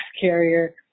carrier